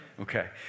Okay